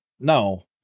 No